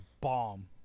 bomb